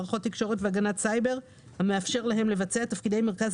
מערכות תקשורת והגנת סייבר המאפשר להם לבצע את תפקידי מרכז